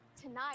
Tonight